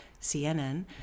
CNN